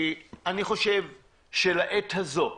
אני חושב שלעת הזו,